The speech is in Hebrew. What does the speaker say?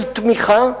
תמיכה,